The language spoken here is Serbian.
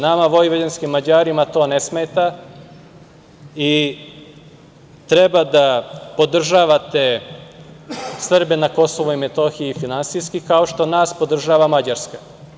Nama, vojvođanskim Mađarima to ne smeta i treba da podržavate Srbije na Kosovu i Metohiji finansijski, kao što nas podržava Mađarska.